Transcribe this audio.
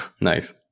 Nice